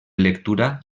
lectura